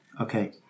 Okay